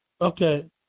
Okay